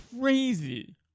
Crazy